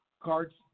cards